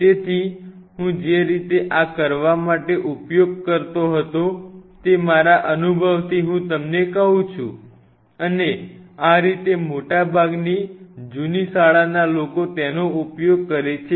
તેથી હું જે રીતે આ કરવા માટે ઉપયોગ કરતો હતો તે મારા અનુભવથી હું તમને કહું છું અને આ રીતે મોટાભાગની જૂની શાળાના લોકો તેનો ઉપયોગ કરે છે